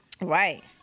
Right